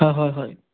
হয় হয় হয়